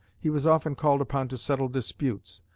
he was often called upon to settle disputes,